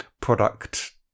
product